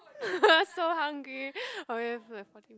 so hungry oh make me feel like farting